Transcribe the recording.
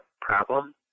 problem